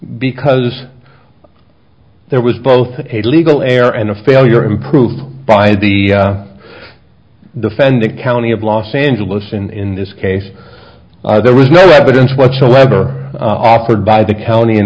because there was both a legal error and a failure improved by the defendant county of los angeles in this case there was no evidence whatsoever offered by the county in